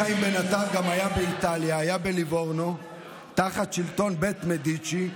היה באיטליה, היה בליבורנו תחת שלטון בית מדיצ'י.